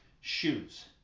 shoes